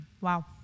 wow